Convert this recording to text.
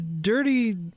dirty